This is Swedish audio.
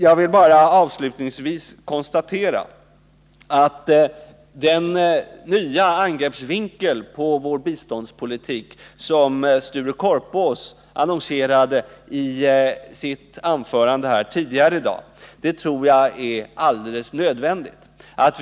Jag vill avslutningsvis konstatera att den nya angreppsvinkeln på vår biståndspolitik som Sture Korpås annonserade i sitt anförande här tidigare i dag troligen är helt nödvändig.